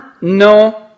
No